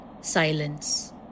Silence